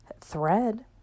thread